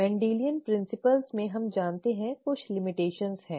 Mendelian सिद्धांतों में हम जानते हैं कुछ सीमाएं हैं